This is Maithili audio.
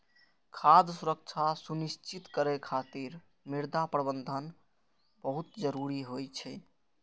खाद्य सुरक्षा सुनिश्चित करै खातिर मृदा प्रबंधन बहुत जरूरी होइ छै